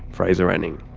fraser anning.